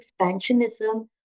expansionism